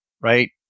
Right